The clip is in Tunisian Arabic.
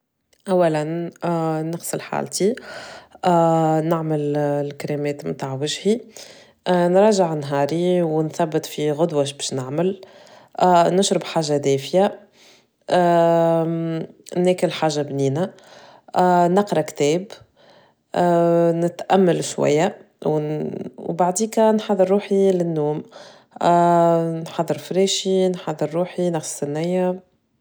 أولا نغسل حالتي، نعمل الكريمات متاع وجي، نراجع نهاري ونثبت في غدوش بش نعمل، نشرب حاجة دافية، نأكل حاجة بنينة، نقرأ كتاب، نتأمل شوية، وبعديكا نحضر روحي للنوم، نحضر فريشي، نحضر روحي، نغسل سنية.